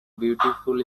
beautiful